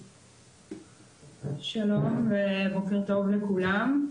שלום, בוקר טוב לכולם.